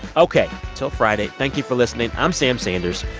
ok. till friday, thank you for listening. i'm sam sanders.